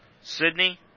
Sydney